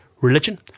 religion